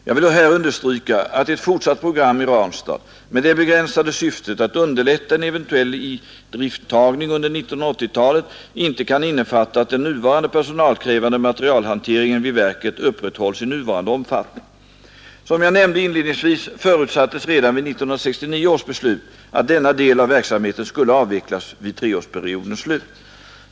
Jag vill här understryka, att ett fortsatt program i Ranstad med det begränsade syftet att underlätta en eventuell idrifttagning under 1980 talet inte kan innefatta att den nuvarande personalkrävande materialhanteringen vid verket upprätthålls i nuvarande omfattning. Som jag nämnde inledningsvis förutsattes redan vid 1969 års beslut att denna del av verksamheten skulle avvecklas vid treårsperiodens slut.